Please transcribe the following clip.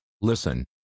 listen